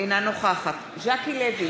אינה נוכחת ז'קי לוי,